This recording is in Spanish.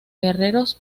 guerreros